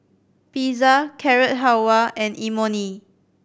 Pizza Carrot Halwa and Imoni